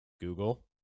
Google